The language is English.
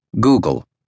Google